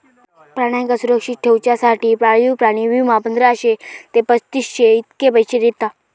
प्राण्यांका सुरक्षित ठेवच्यासाठी पाळीव प्राणी विमा, पंधराशे ते पस्तीसशे इतके पैशे दिता